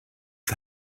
for